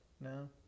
No